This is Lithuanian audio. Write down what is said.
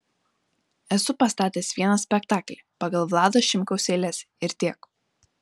esu pastatęs vieną spektaklį pagal vlado šimkaus eiles ir tiek